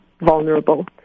vulnerable